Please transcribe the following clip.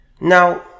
Now